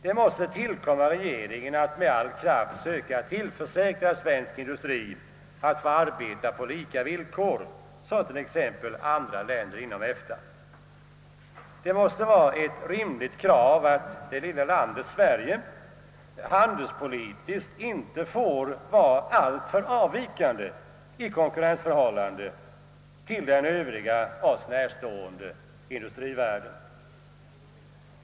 Det måste tillkomma regeringen att med all kraft söka tillförsäkra svensk industri möjlighet att arbeta på samma villkor som t.ex. andra länder inom EFTA. Det måste vara ett rimligt krav att det lilla landet Sverige handelspolitiskt inte får vara alltför avvikande i konkurrensförhållande till den Övriga oss närstående industrivärlden.